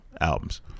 albums